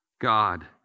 God